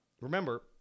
Remember